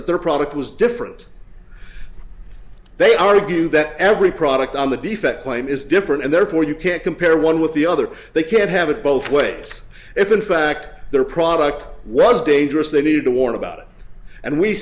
that their product was different they argue that every product on the defect claim is different and therefore you can't compare one with the other they can't have it both ways if in fact their product was dangerous they needed to warn about it and we